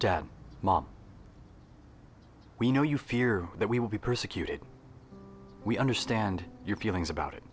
we know you fear that we will be persecuted we understand your feelings about it